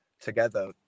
together